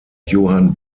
johann